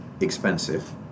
expensive